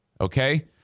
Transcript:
Okay